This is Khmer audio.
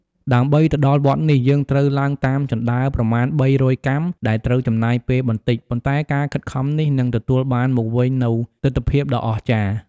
ដើម្បីទៅដល់វត្តនេះ យើងត្រូវឡើងតាម ជណ្តើរប្រមាណ ៣០០ កាំ ដែលត្រូវចំណាយពេលបន្តិច ប៉ុន្តែការខិតខំនេះនឹងទទួលបានមកវិញនូវទិដ្ឋភាពដ៏អស្ចារ្យ ។